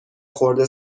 خورده